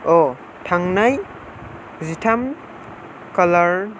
थांनाय जिथाम खालार